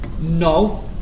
No